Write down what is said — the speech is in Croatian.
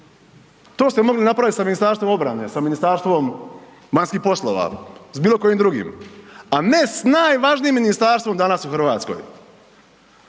To ste mogli napraviti sa Ministarstvo obrane, sa Ministarstvom vanjskih poslova, s bilokojim drugim a ne s najvažnijim ministarstvom danas u Hrvatskoj.